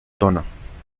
tono